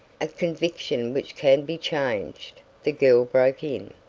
a conviction which can be changed, the girl broke in.